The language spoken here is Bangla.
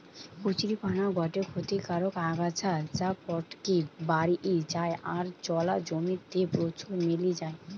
কচুরীপানা গটে ক্ষতিকারক আগাছা যা পটকি বাড়ি যায় আর জলা জমি তে প্রচুর মেলি যায়